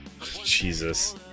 Jesus